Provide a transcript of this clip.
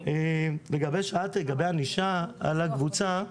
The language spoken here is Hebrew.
שאלת לגבי ענישה על הקבוצה,